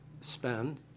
spend